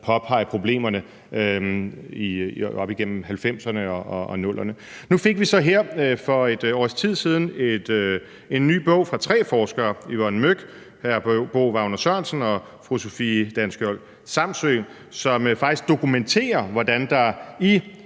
påpege problemerne op igennem 1990'erne og 00'erne. Nu fik vi så her for et års tid siden en ny bog fra tre forskere – Yvonne Mørck, Bo Wagner Sørensen og Sofie Danneskiold-Samsøe – som faktisk dokumenterer, hvordan der i